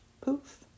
Poof